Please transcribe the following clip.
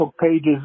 pages